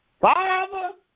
Father